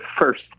first